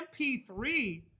MP3